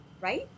right